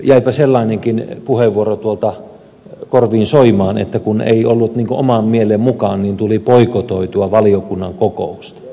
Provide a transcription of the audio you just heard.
jäipä sellainenkin puheenvuoro tuolta korviin soimaan että kun ei ollut niin kuin oman mielen mukaan niin tuli boikotoitua valiokunnan kokousta ja kokouksia